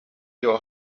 your